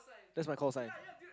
that's my callsign